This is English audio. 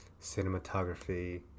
cinematography